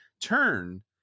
turn